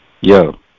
Yo